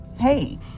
Hey